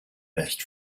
best